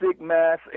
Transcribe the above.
mass